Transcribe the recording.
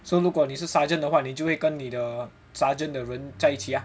so 如果你是 sergeant 的话你就跟你的 sergeant 的人在一起 ah